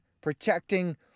protecting